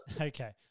Okay